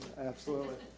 absolutely.